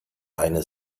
eine